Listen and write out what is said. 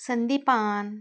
Sandipan